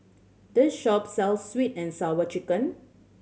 this shop sells Sweet And Sour Chicken